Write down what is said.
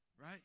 right